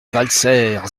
valserres